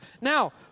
Now